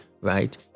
right